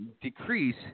decrease